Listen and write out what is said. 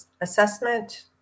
assessment